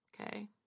Okay